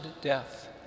death